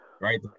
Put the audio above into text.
right